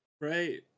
right